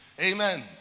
amen